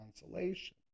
consolation